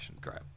Great